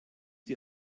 die